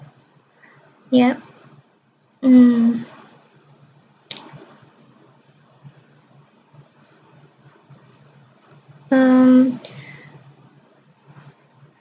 near mm um